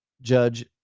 judge